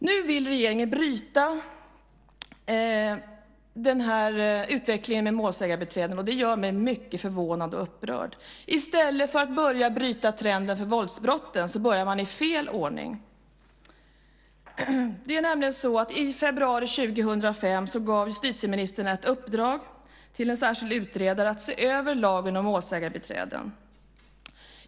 Nu vill regeringen bryta den här utvecklingen med målsägarbiträden, och det gör mig mycket förvånad och upprörd. I stället för att börja bryta trenden för våldsbrotten börjar man i fel ände. I februari 2005 gav justitieministern ett uppdrag till en särskild utredare att se över lagen om målsägarbiträden.